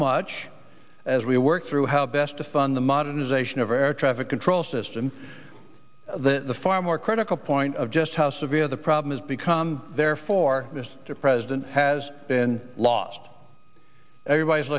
much as we work through how best to fund the modernization of our air traffic control system the far more critical point of just how severe the problem has become therefore mr president has been lost everybody's